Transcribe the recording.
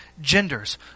genders